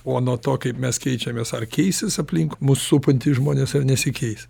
o nuo to kaip mes keičiamės ar keisis aplink mus supantys žmonės ar nesikeis